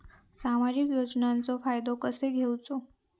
सामाजिक योजनांचो फायदो कसो घेवचो?